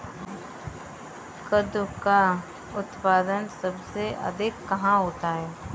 कद्दू का उत्पादन सबसे अधिक कहाँ होता है?